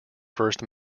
first